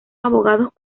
abogados